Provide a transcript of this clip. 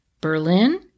Berlin